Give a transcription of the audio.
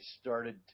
started